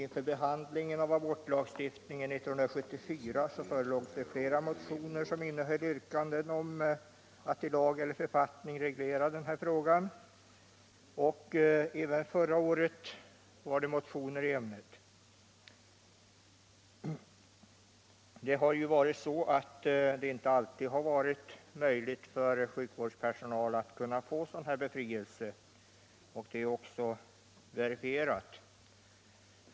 När abortlagstiftningen behandlades 1974 förelåg flera motioner som innehöll yrkanden om att förhållandena skulle regleras i lag eller författning. Även förra året väcktes motioner i ämnet. Det har inte alltid varit möjligt för sjukvårdspersonal att få sådan här befrielse. Detta är också verifierat.